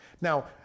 Now